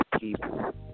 people